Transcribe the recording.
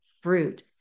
fruit